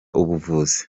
ubuvuzi